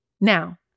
Now